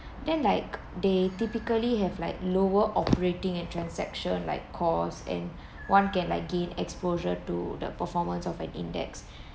then like they typically have like lower operating and transaction like cost and one can like gain exposure to the performance of an index